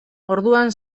orduan